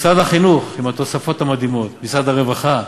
משרד החינוך, עם התוספות המדהימות, משרד הרווחה,